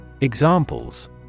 Examples